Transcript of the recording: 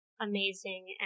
amazing